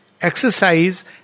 exercise